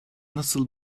nasıl